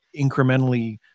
incrementally